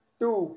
two